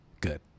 good